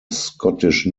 scottish